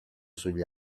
sugli